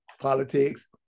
politics